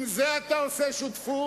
עם זה אתה עושה שותפות?